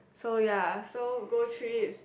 so ya so go trips